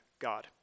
God